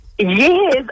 Yes